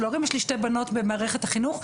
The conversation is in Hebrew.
ההורים כי יש לי שתי בנות במערכת החינוך.